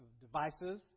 devices